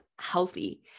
healthy